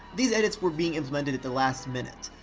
these edits were being implemented at the last minute.